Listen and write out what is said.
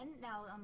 now